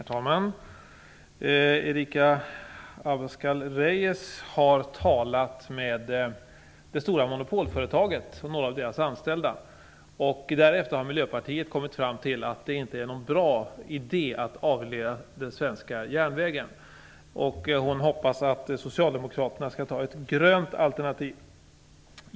Herr talman! Elisa Abascal Reyes har talat med det stora monopolföretaget och några av dess anställda. Därefter har Miljöpartiet kommit fram till att det inte är någon bra idé att avreglera den svenska järnvägen. Hon hoppas att Socialdemokraterna skall anta ett grönt alternativ.